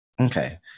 Okay